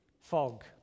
fog